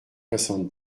soixante